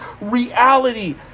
reality